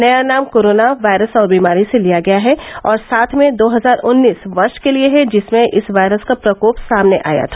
नया नाम corona virus और बीमारी से लिया गया है और साथ में दो हजार उन्नीस वर्ष के लिए है जिसमें इस वायरस का प्रकोप सामने आया था